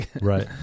Right